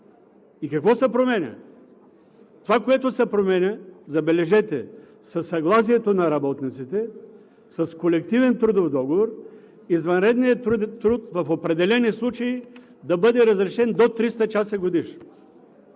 Какво се променя? Това, което се променя, забележете, със съгласието на работниците, с колективен трудов договор, е извънредният труд в определени случаи да бъде разрешен до 300 часа годишно.